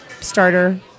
starter